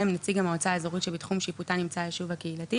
נציג המועצה האזורית שבתחום שיפוטה נמצא היישוב הקהילתי,